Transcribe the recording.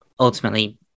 Ultimately